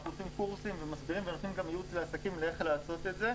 אנחנו עושים קורסים ומסבירים ונותנים גם ייעוץ לעסקים איך לעשות את זה.